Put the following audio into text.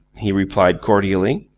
he replied, cordially.